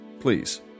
please